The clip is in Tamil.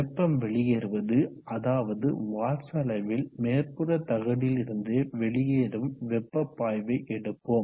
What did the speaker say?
வெப்பம் வெளியேறுவது அதாவது வாட்ஸ் அளவில் மேற்புற தகடிலிருந்து வெளியேறும் வெப்ப பாய்வை எடுப்போம்